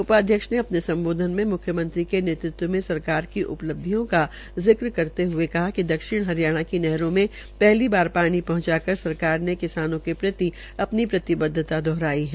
उ ाध्यक्ष ने अ ने सम्बोधन में मुख्यमंत्री के नेतृत्व में सरकार की उ लब्धियों का जिक्र करते हथे कहा कि दक्षिण हरियाणा की नहरों को हली बार ानी हंचकर सरकार ने किसानों के प्रति प्रतिबद्वता दोहराई है